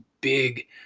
big